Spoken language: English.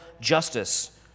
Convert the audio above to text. justice